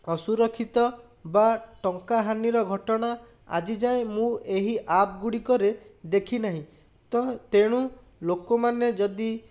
ସୁରକ୍ଷିତ ବା ଟଙ୍କାହାନିର ଘଟଣା ଆଜିଯାଏଁ ମୁଁ ଏହି ଆପ୍ଗୁଡ଼ିକରେ ଦେଖିନାହିଁ ତ ତେଣୁ ଲୋକମାନେ ଯଦି